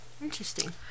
Interesting